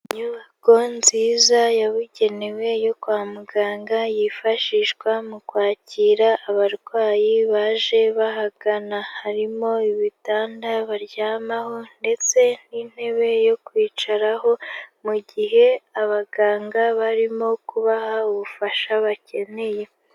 Inyubako nziza yabugenewe yo kwa muganga yifashishwa mu kwakira abarwayi baje bahagana. Harimo ibitanda baryamaho ndetse n'intebe yo kwicaraho mu gihe abaganga barimo kubaha ubufasha bakeneye.